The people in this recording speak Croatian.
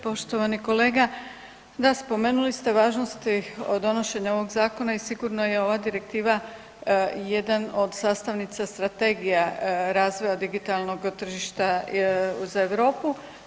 Poštovani kolega, da spomenuli ste važnosti donošenja ovog zakona i sigurno je ova direktiva jedan od sastavnica strategija razvoja digitalnog tržišta za Europu.